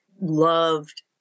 loved